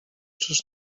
czyż